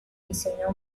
diseñó